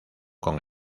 con